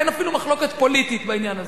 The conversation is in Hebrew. אין אפילו מחלוקת פוליטית בעניין הזה.